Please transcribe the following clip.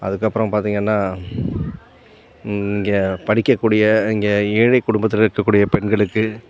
அதுக்கப்புறம் பார்த்தீங்கன்னா இங்கே படிக்கக்கூடிய இங்கே ஏழைக் குடும்பத்தில் இருக்கக்கூடிய பெண்களுக்கு